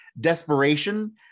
desperation